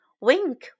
Wink